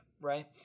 right